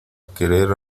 querer